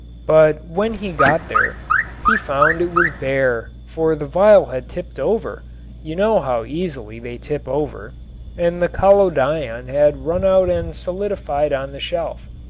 but when he got there he found it was bare, for the vial had tipped over you know how easily they tip over and the collodion had run out and solidified on the shelf.